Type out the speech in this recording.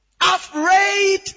Afraid